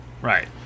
Right